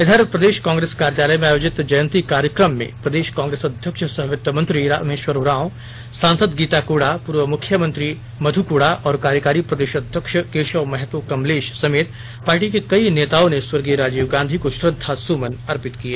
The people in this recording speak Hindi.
इधर प्रदेश कांग्रेस कार्यालय में आयोजित जयंती कार्यक्रम में प्रदेश कांग्रेस अध्यक्ष सह वित्त मंत्री रामेश्वर उरांव सांसद गीता कोड़ा पूर्व मुख्यमंत्री मध् कोड़ा और कार्यकारी प्रदेश अध्यक्ष केशव महतो कमलेश समेत पार्टी के कई नेताओं ने स्वर्गीय राजीव गांधी को श्रद्वा सुमन अर्पित किए